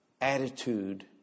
attitude